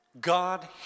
God